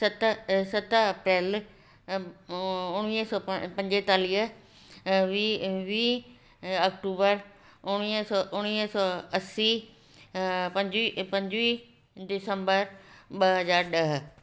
सत सत अप्रेल उणिवीह सौ पंजेतालीह वीह वीह अक्टूबर उणिवीह सौ उणिवीह सौ असीं पंजवीह पंजवीह डिसंबर ॿ हज़ार ॾह